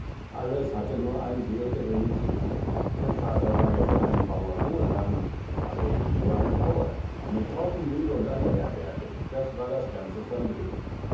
alles hatte nur einen sehr geringen zuschnitt mein vater war ja für einen bauer wohlhabend aber eben nur ein bauer eine graupenmühle und eine herberge das war das ganze vermögen